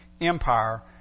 Empire